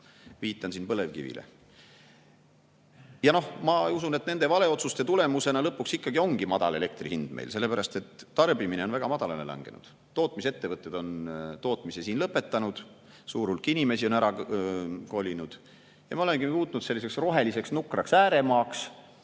Viitan siin põlevkivile. Ma usun, et nende valeotsuste tulemusena lõpuks ongi meil madal elektri hind, sest tarbimine on väga madalale langenud, tootmisettevõtted on tootmise lõpetanud, suur hulk inimesi on ära kolinud ja me olemegi muutunud selliseks roheliseks nukraks ääremaaks,